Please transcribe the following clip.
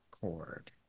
cord